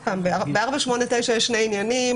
ב-489 יש שני עניינים.